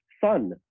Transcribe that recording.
son